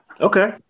okay